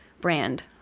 brand